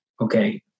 okay